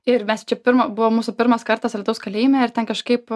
ir mes čia pirma buvo mūsų pirmas kartas alytaus kalėjime ir ten kažkaip